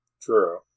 True